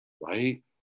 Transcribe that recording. right